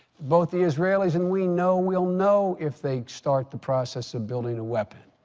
both the israelis and we know we'll know if they start the process of building a weapon.